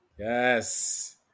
Yes